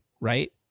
right